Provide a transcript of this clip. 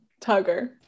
Tugger